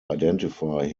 identify